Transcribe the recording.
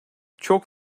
çok